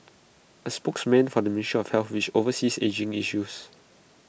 A spokesman for the ministry of health which oversees ageing issues